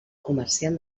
comerciant